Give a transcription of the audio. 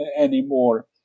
anymore